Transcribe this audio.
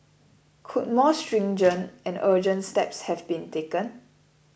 could more stringent and urgent steps have been taken